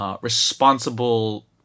responsible